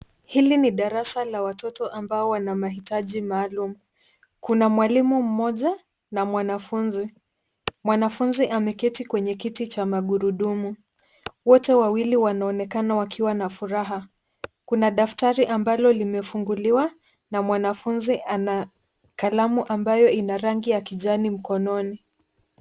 Hili ni darasa la watoto ambao wana mahitaji maalum. Kuna mwalimu mmoja, na mwanafunzi. Mwanafunzi ameketi kwenye kiti cha magurudumu. Wote wawili wanaonekana wakiwa na furaha. Kuna daftari ambalo limefunguliwa, na mwanafunzi ana kalamu ambayo ina rangi ya kijani mkononi.